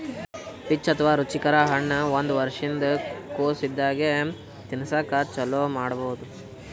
peach ಅಥವಾ ರುಚಿಕರ ಹಣ್ಣ್ ಒಂದ್ ವರ್ಷಿನ್ದ್ ಕೊಸ್ ಇದ್ದಾಗೆ ತಿನಸಕ್ಕ್ ಚಾಲೂ ಮಾಡಬಹುದ್